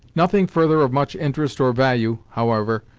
nothing further of much interest or value, however,